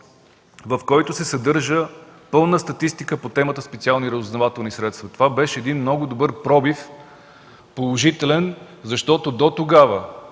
в който се съдържа пълна статистика по темата „Специални разузнавателни средства”. Това беше много добър положителен пробив, защото дотогава,